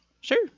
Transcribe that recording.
Sure